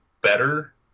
better